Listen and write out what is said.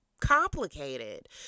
complicated